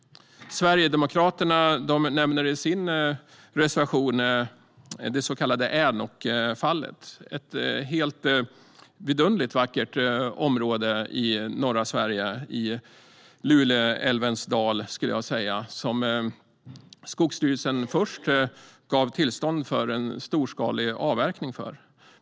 Sverigedemokraterna nämner i sin reservation det så kallade Änokfallet. Det handlar om ett vidunderligt vackert område i norra Sverige, i Luleälvens dal, där Skogsstyrelsen först gav tillstånd för en storskalig avverkning.